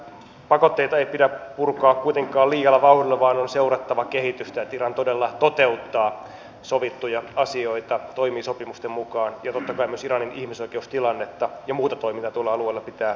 pakotteita ei pidä purkaa kuitenkaan liialla vauhdilla vaan on seurattava kehitystä että iran todella toteuttaa sovittuja asioita toimii sopimusten mukaan ja totta kai myös iranin ihmisoikeustilannetta ja muuta toimintaa tuolla alueella pitää seurata